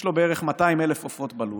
שיש לו בערך 200,000 עופות בלול,